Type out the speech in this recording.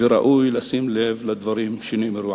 וראוי לשים לב לדברים שהוא אמר.